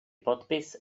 podpis